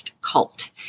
cult